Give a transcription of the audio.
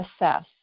assess